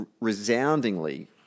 resoundingly